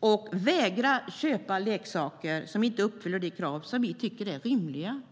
och vägra att köpa leksaker som inte uppfyller de krav som vi tycker är rimliga.